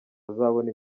bazabona